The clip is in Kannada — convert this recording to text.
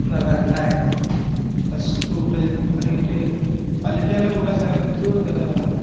ಒಂದು ಅರ್ಧ ಗಂಟೆ ಆಯಿತು ಅಷ್ಟು ಊಟ ಇದು ಕ್ವಾಲಿಟಿ ಕ್ವಾಲಿಟಿ ಎಲ್ಲ ಊಟ ಚೆನ್ನಾಗಿತ್ತು ಆದರೆ